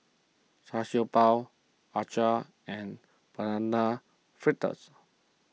Char Siew Bao Acar and Banana Fritters